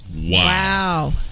Wow